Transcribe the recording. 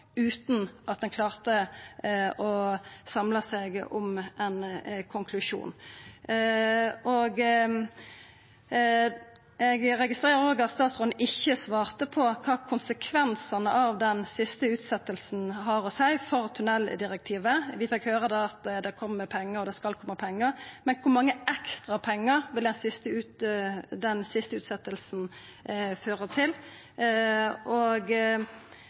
utan at ein klarte å samla seg om ein konklusjon. Eg registrerer òg at statsråden ikkje svarte på kva konsekvensane av den siste utsetjinga vil verta for tunneldirektivet. Vi fekk høyra at det kjem pengar, og at det skal koma pengar, men kor mykje ekstra pengar vil den siste